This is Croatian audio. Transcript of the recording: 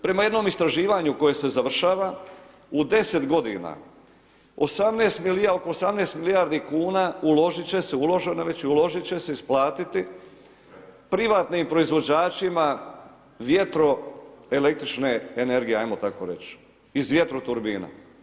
Prema jednom istraživanju koje se završava u 10 godina oko 18 milijardi kuna uložit će se, uloženo je već i uložiti će se, isplatiti privatnim proizvođačima vjetroelektrične energije ajmo tako reći i vjetroturbina.